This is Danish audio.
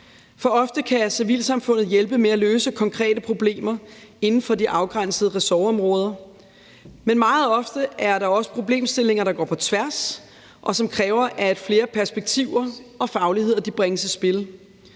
For ofte kan civilsamfundet hjælpe med at løse konkrete problemer inden for de afgrænsede ressortområder, men meget ofte er der også problemstillinger, der går på tværs, og som kræver, at flere perspektiver og fagligheder bringes i spil.